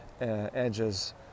Edges